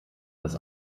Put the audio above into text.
dass